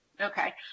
Okay